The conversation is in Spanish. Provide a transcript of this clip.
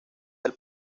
del